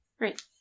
Right